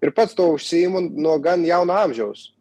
ir pats tuo užsiimu nuo gan jauno amžiaus